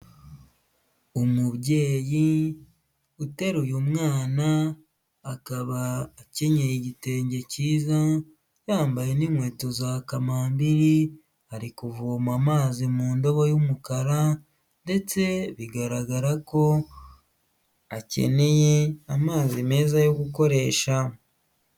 Umubyeyi uteruye umwana, akaba akenyeye igitenge cyiza, yambaye n'inkweto za kamambiriri ari kuvoma amazi mu ndobo y'umukara ndetse bigaragara ko akeneye amazi meza yo gukoresha.